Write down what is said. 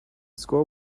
score